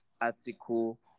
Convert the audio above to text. article